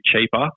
cheaper